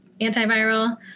antiviral